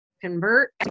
convert